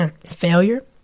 failure